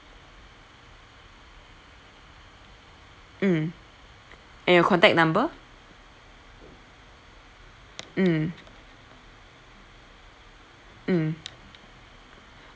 mm and your contact number mm mm